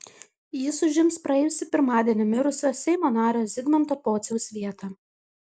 jis užims praėjusį pirmadienį mirusio seimo nario zigmanto pociaus vietą